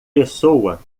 pessoa